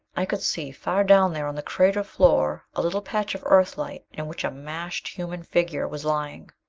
i could see, far down there on the crater floor, a little patch of earthlight in which mashed human figure was lying.